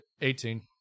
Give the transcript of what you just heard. eighteen